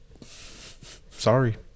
Sorry